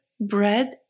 bread